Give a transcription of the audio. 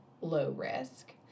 low-risk